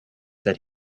that